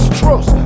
trust